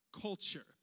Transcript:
culture